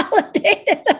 validated